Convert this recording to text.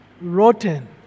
rotten